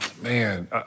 man